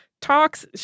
talks